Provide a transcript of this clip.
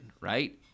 right